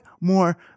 more